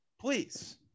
please